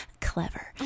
Clever